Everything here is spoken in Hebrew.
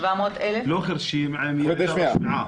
לא חירשים, אלא עם ירידה בשמיעה.